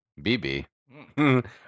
bb